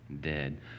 dead